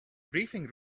briefing